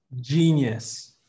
Genius